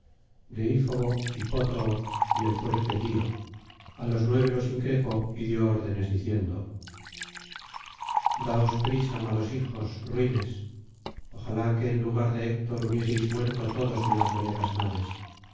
deífobo hipótoo y el fuerte dio á los nueve los increpó y dio órdenes diciendo daos prisa malos hijos ruines ojalá que en lugar de héctor hubieseis muerto todos en las veleras naves